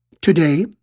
Today